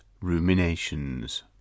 ruminations